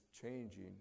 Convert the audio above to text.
changing